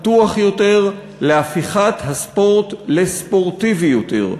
לפתוח יותר, להפיכת הספורט לספורטיבי יותר.